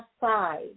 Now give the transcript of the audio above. side